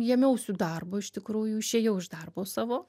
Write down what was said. jėmiausiu darbo iš tikrųjų išėjau iš darbo savo